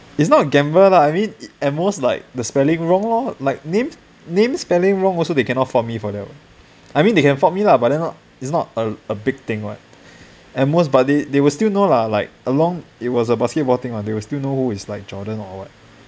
it's not a gamble lah I mean at most like like the spelling wrong lor like name name spelling wrong also they can not fault me I mean they can fault me lah but then it's not a big thing and most but they will still know lah like along it was a basketball thing they will still know who is like jordan or what